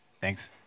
Thanks